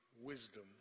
wisdom